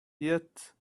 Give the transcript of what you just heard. yet